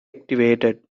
activated